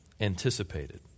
anticipated